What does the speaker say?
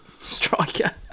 Striker